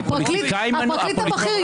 כי הפרקליט הבכיר,